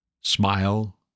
smile